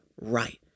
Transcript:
right